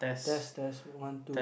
test test one two